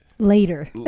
later